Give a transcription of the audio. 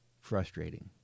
frustrating